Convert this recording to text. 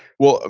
well,